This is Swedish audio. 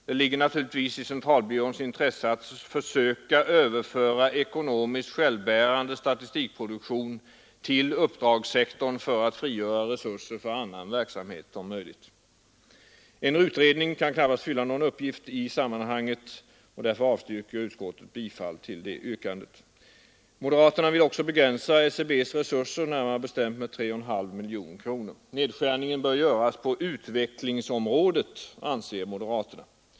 Det ligger naturligtvis i centralbyråns intresse att försöka överföra ekonomiskt självbärande statistikproduktion till uppdragssektorn för att därmed om möjligt frigöra resurser för annan verksamhet. En utredning kan knappast fylla någon uppgift i sammanhanget, och därför avstyrker utskottet detta yrkande. Moderaterna vill också begränsa SCB:s resurser, närmare bestämt minska dem med 3,5 miljoner kronor. Nedskärningen bör göras på utvecklingsområdet, anser moderaterna.